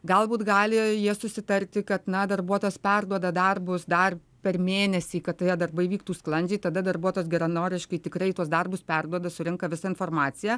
galbūt gali jie susitarti kad na darbuotojas perduoda darbus dar per mėnesį kad tai darbai vyktų sklandžiai tada darbuotojas geranoriškai tikrai tuos darbus perduoda surenka visą informaciją